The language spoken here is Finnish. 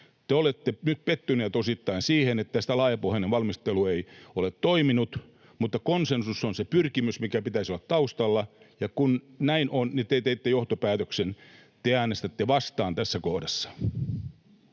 Te olette nyt pettynyt osittain siihen, että laajapohjainen valmistelu ei ole toiminut, mutta konsensus on se pyrkimys, mikä pitäisi olla taustalla, ja kun näin on, niin te teitte johtopäätöksen: te äänestätte vastaan tässä kohdassa.